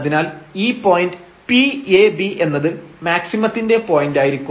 അതിനാൽ ഈ point P ab എന്നത് മാക്സിമത്തിന്റെ പോയന്റായിരിക്കും